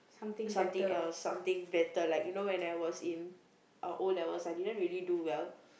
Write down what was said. something else something better like you know when I was in O-levels I didn't really do well